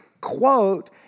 quote